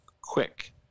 quick